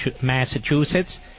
Massachusetts